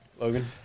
Logan